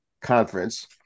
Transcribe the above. Conference